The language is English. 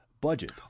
budget